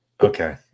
Okay